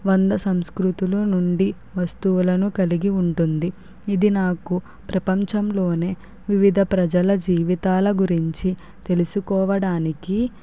వంద సంస్కృతులు నుండి వస్తువులను కలిగి ఉంటుంది ఇది నాకు ప్రపంచంలోనే వివిధ ప్రజల జీవితాల గురించి తెలుసుకోవడానికి